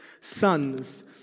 sons